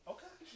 Okay